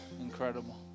incredible